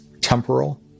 temporal